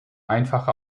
einfache